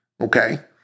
okay